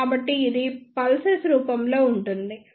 కాబట్టి ఇది పల్సెస్ రూపంలో ఉంటుంది